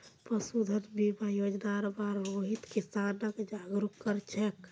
पशुधन बीमा योजनार बार रोहित किसानक जागरूक कर छेक